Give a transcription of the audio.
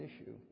issue